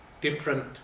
different